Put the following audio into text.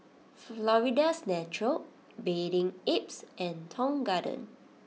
Florida's Natural Bathing Apes and Tong Garden